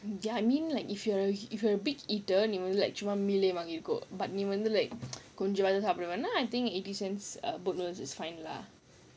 ya I mean like if you're a if you're a big eater one meal but வாங்கிக்கோ:vaangikko I think eighty cents err கொஞ்சம் சாப்பிடுவேனா:konjam saapiduvenaa is fine lah